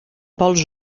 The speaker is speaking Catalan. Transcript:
vols